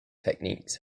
techniques